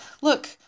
look